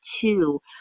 two